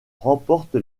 remporte